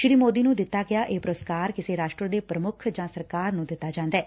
ਸ੍ਰੀ ਸੋਦੀ ਨ੍ਰੰ ਦਿੱਤਾ ਗਿਆ ਇਹ ਪੁਰਸਕਾਰ ਕਿਸੇ ਰਾਸਟਰ ਦੇ ਪ੍ਰਮੁੱਖ ਜਾਂ ਸਰਕਾਰ ਨੂੰ ਦਿੱਤਾ ਜਾਂਦੈ